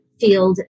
field